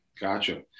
Gotcha